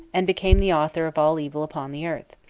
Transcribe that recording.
and became the author of all evil upon the earth.